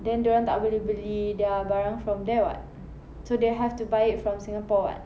then dorang tak boleh beli their barang from there [what] so they have to buy it from singapore [what]